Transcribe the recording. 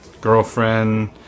girlfriend